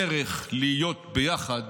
הדרך להיות ביחד,